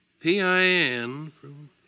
P-I-N